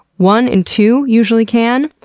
one and two usually can,